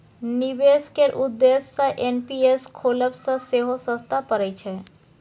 निबेश केर उद्देश्य सँ एन.पी.एस खोलब सँ सेहो सस्ता परय छै